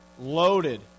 loaded